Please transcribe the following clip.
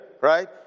right